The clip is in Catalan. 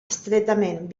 estretament